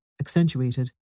accentuated